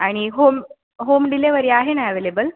आणि home home delivery आहे ना ॲवेलेबल